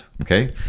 okay